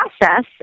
process